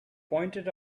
pointed